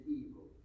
evil